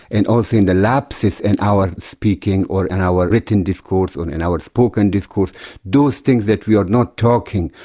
and also in the lapses in our speaking, or in our written discourse, or in and our spoken discourse those things that we are not talking,